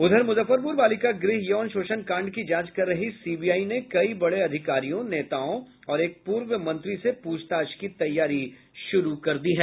उधर मुजफ्फरपुर बालिका गृह यौन शोषण कांड की जांच कर रही सीबीआई ने कई बड़े अधिकारियों नेताओं और एक पूर्व मंत्री से प्रछताछ की तैयारी शुरू कर दी है